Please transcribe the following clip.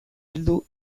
heldu